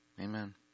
Amen